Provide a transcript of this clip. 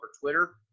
Twitter